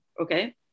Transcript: okay